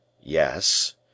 yes